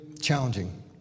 challenging